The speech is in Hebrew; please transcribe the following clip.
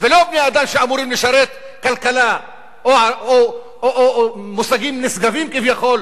ולא בני-אדם אמורים לשרת כלכלה או מושגים נשגבים כביכול,